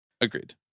Agreed